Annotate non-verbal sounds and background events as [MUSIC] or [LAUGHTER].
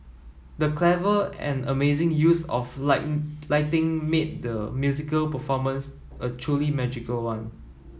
the clever and amazing use of [UNINTELLIGIBLE] lighting made the musical performance a truly magical one